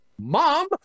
Mom